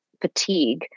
fatigue